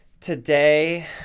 Today